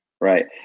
Right